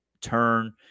turn